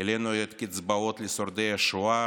העלינו את הקצבאות לשורדי השואה,